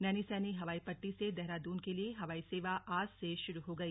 नैनीसैनी हवाई पट्टी से देहरादून के लिए हवाई सेवा आज से शुरू हो गई